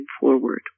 forward